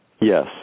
Yes